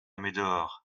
médor